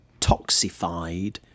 toxified